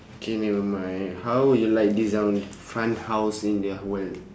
K never mind how would you like design fun house in the world